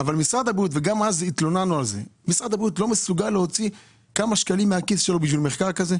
משרד הבריאות לא מסוגל להוציא כמה שקלים מהכיס שלו בשביל מחקר כזה?